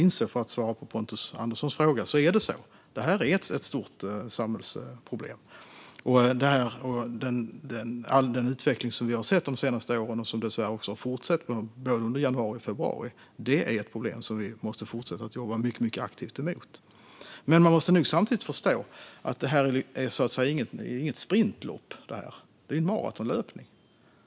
Det är så, för att svara på Pontus Anderssons fråga. Det här är ett stort samhällsproblem. Den utveckling som vi har sett de senaste åren och som dessvärre fortsatt under både januari och februari är ett problem som vi måste fortsätta jobba mycket aktivt mot. Samtidigt måste man förstå att det här inte är något sprintlopp. Det är maratonlöpning.